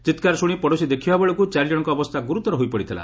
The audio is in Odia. ଚିକ୍କାର ଶୁଶି ପଡ଼ୋଶୀ ଦେଖିବାବେଳକୁ ଚାରି ଜଶଙ୍କ ଅବସ୍ଥା ଗୁରୁତର ହୋଇପଡ଼ିଥିଲା